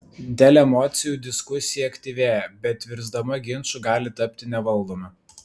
dėl emocijų diskusija aktyvėja bet virsdama ginču gali tapti nevaldoma